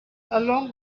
along